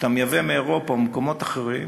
כשאתה מייבא מאירופה או ממקומות אחרים,